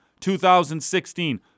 2016